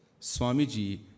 Swamiji